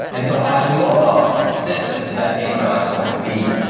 and so i love systems that make my life more convenient.